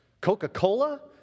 Coca-Cola